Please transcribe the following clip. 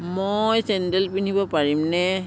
মই চেণ্ডেল পিন্ধিব পাৰিমনে